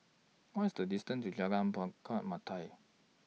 What's The distance to Jalan Melati